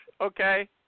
okay